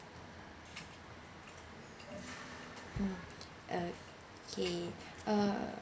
mm okay uh